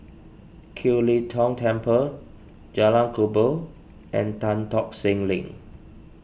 Kiew Lee Tong Temple Jalan Kubor and Tan Tock Seng Link